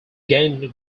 gained